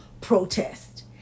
protest